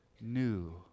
new